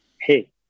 Hey